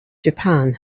japan